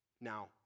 Now